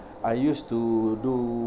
I used to do